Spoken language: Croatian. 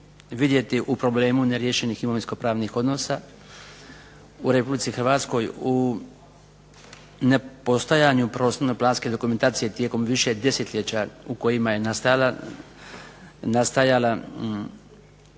u problemu neriješenih imovinsko pravnih odnosa u Republici Hrvatskoj u nepostojanju prostorno planske dokumentacije tijekom više desetljeća u kojima je nastajala